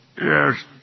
Yes